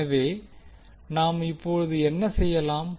எனவே நாம் இப்போது என்ன செய்யலாம்